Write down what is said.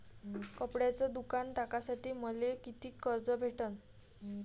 कपड्याचं दुकान टाकासाठी मले कितीक कर्ज भेटन?